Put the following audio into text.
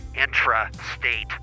intra-state